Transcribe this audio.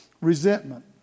Resentment